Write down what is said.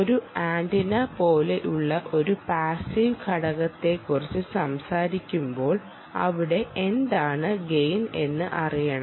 ഒരു ആന്റിന പോലുള്ള ഒരു പാസിവ് ഘടകത്തെക്കുറിച്ച് സംസാരിക്കുമ്പോൾ അവിടെ എന്താണ് ഗെയിൻ എന്ന് അറിയണം